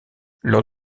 lors